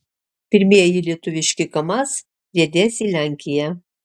pirmieji lietuviški kamaz riedės į lenkiją